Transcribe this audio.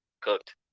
cooked